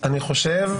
אני חושב